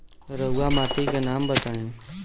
रहुआ माटी के नाम बताई?